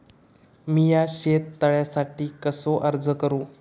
मीया शेत तळ्यासाठी कसो अर्ज करू?